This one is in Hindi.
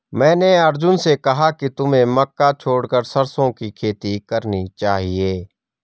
मैंने अर्जुन से कहा कि तुम्हें मक्का छोड़कर सरसों की खेती करना चाहिए